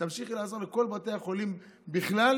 ותמשיכי לעזור לכל בתי החולים בכלל,